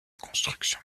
construction